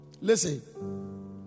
Listen